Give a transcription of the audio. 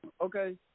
okay